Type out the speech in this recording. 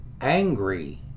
angry